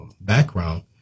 background